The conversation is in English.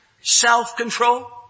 self-control